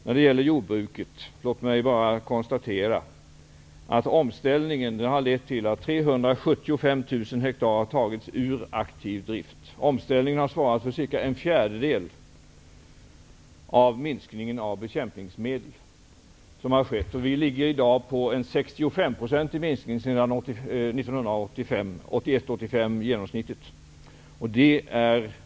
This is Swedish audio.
När det gäller jordbruket vill jag konstatera att omställningen har lett till att 375 000 hektar har tagits ur aktiv drift. Omställningen har svarat för cirka en fjärdedel av den minskning som har skett av användandet av bekämpningsmedel. Vi kan i dag notera en minskning med 65 % jämfört med genomsnittet för perioden 1981--1985.